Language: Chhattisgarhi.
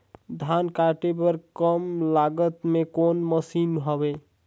धान काटे बर कम लागत मे कौन मशीन हवय?